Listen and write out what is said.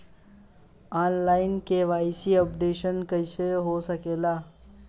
आन line KYC updation हो सकेला का?